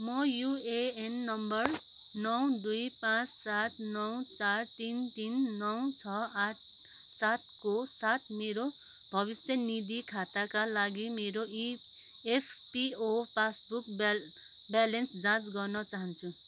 म U A N number नौ दुई पाँच सात नौ चार तिन तिन नौ छ आठ सातको साथ मेरो भविष्य निधि खाताका लागि मेरो E F P O passbook ब्या ब्यालेन्स जाँच गर्न चाहन्छु